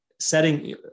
setting